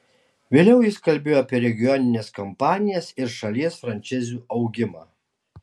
vėliau jis kalbėjo apie regionines kompanijas ir šalies franšizių augimą